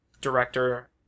director